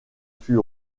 fut